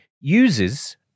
uses